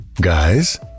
Guys